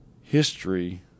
history